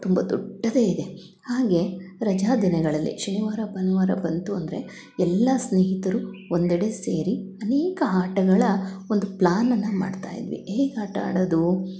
ತುಂಬ ದೊಡ್ಡದೆ ಇದೆ ಹಾಗೆ ರಜಾ ದಿನಗಳಲ್ಲಿ ಶನಿವಾರ ಭಾನುವಾರ ಬಂತು ಅಂದರೆ ಎಲ್ಲ ಸ್ನೇಹಿತರು ಒಂದೆಡೆ ಸೇರಿ ಅನೇಕ ಆಟಗಳ ಒಂದು ಪ್ಲಾನನ್ನು ಮಾಡ್ತಾಯಿದ್ವಿ ಹೇಗೆ ಆಟ ಆಡೋದು